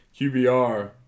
QBR